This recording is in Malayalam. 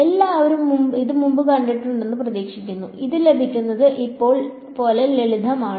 എല്ലാവരും ഇത് മുമ്പ് കണ്ടിട്ടുണ്ടെന്ന് പ്രതീക്ഷിക്കുന്നു ഇത് ലഭിക്കുന്നത് പോലെ ലളിതമാണ്